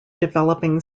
developing